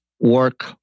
work